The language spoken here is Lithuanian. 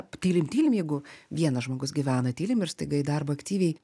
tylim tylim jeigu vienas žmogus gyvena tylim ir staiga į darbą aktyviai